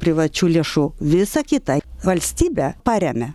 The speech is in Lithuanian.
privačių lėšų visa kita valstybė paremia